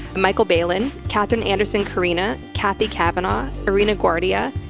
michael bailyn, catherine anderson carina, kathy kavanaugh. arena guardia,